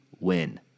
win